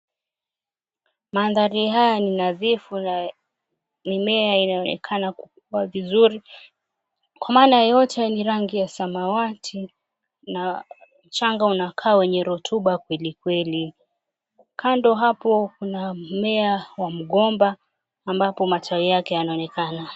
Mandhari haya ni nadhifu na mimea inaonekana kukua vizuri kwa maana yote ni rangi ya samawati na mchanga unakaa wenye rotuba kwelikweli. Kando hapo kuna mmea wa mgomba ambapo matawi yake yanaonekana.